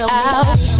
out